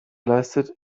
leistet